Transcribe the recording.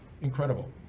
Incredible